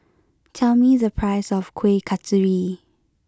tell me the price of Kuih Kasturi